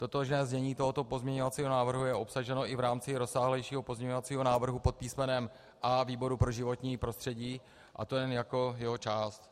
Totožné znění tohoto pozměňovacího návrhu je obsaženo i v rámci rozsáhlejšího pozměňovacího návrhu pod písmenem A výboru pro životní prostředí, a to jen jako jeho část.